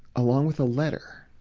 along with a letter